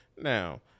Now